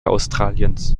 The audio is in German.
australiens